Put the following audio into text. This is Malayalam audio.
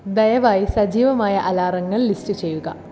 ദയവായി സജീവമായ അലാറങ്ങൾ ലിസ്റ്റ് ചെയ്യുക